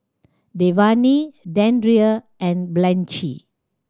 Dewayne Deandre and Blanchie